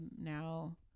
now